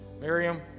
Miriam